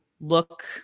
look